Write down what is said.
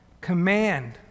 command